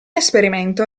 esperimento